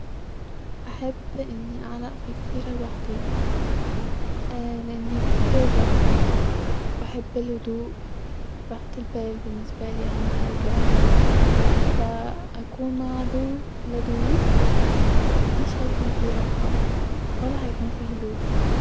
احب اني اعلق في جزيره لوحدي-لاني بحب الراحه-وبحب الهدوء-راحه البال بالنسبالي اهم حاجه-فا اكون مع عدو لدود-مش هيكون فيه راحه-ولاهيكون فيه هدوء